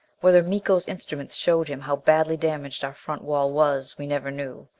whether miko's instruments showed him how badly damaged our front wall was, we never knew.